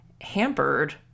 hampered